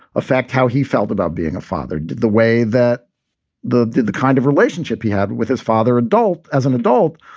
ah fact, how he felt about being a father, the way that the the kind of relationship he had with his father, adult as an adult,